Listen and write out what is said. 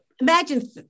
Imagine